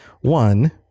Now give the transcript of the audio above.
One